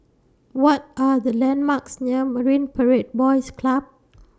What Are The landmarks near Marine Parade Boys Club